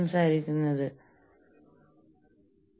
സ്വതന്ത്ര വ്യാപാരം